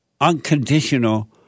unconditional